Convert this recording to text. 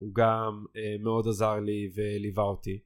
הוא גם מאוד עזר לי וליווה אותי